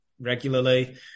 regularly